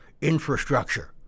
infrastructure